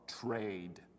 trade